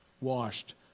Washed